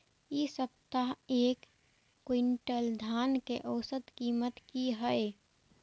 इ सप्ताह एक क्विंटल धान के औसत कीमत की हय?